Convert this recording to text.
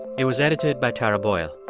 it was edited by tara boyle.